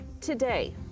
today